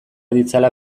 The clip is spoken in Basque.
ditzala